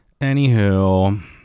Anywho